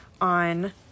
on